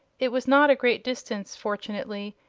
it was not a great distance, fortunately,